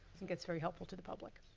i think it's very helpful to the public.